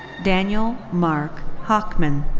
daniel mark hochman.